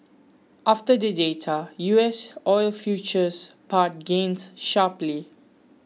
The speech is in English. after the data U S heating oil futures pared gains sharply